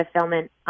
fulfillment